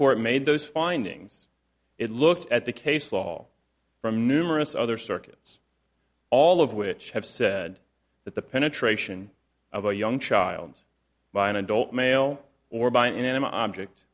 court made those findings it looked at the case law from numerous other circuits all of which have said that the penetration of a young child by an adult male or by a inanimate object